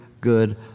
good